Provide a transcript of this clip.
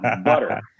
butter